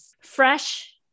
fresh